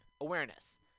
awareness